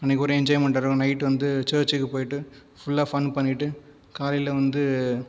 அன்றைக்கு ஒரே என்ஜாய்மெண்ட்டாக இருக்கும் நைட் வந்து சர்ச்சுக்கு போய்விட்டு ஃபுல்லாக ஃபன் பண்ணிவிட்டு காலையில் வந்து